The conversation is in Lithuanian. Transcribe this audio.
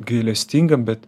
gailestingam bet